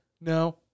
No